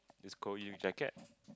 is cold use jacket